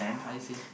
I see